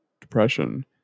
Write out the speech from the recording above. Depression